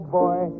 boy